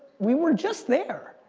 we were just there.